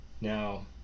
Now